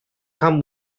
tam